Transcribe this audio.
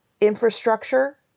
infrastructure